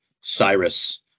Cyrus